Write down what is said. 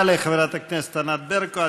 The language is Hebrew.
תודה לחברת הכנסת ענת ברקו.